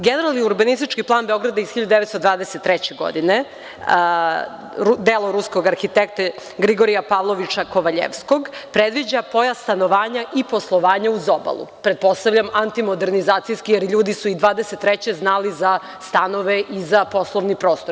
Generalni urbanistički plan Beograda iz 1923. godine beloruskog arhitekte Grigorija Pavloviča Kovaljevskog predviđa porast stanovanja i poslovanja uz obalu, pretpostavljam antimodernizacijski, jer ljudi su i 1923. godine znali za stanove i za poslovni prostor.